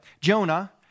Jonah